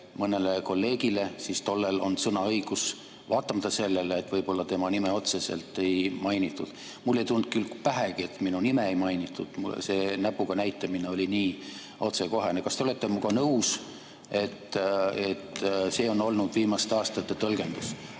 mõnele kolleegile, siis tollel on sõnaõigus, vaatamata sellele, et võib-olla tema nime otseselt ei mainitud. Mulle ei tulnud küll pähegi, et minu nime ei mainitud. See näpuga näitamine oli nii otsekohene. Kas te olete minuga nõus, et see on olnud viimaste aastate tõlgendus: